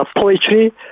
poetry